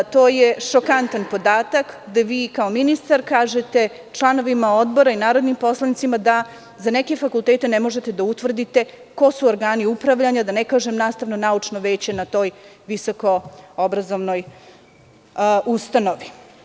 To je šokantan podatak da vi kao ministar kažete članovima odbora i narodnim poslanicima, da za neke fakultete ne možete da utvrdite ko su organi upravljanja, da ne kažem nastavno-naučno veće na toj visoko obrazovnoj ustanovi.